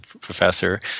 professor